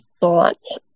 thoughts